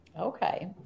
Okay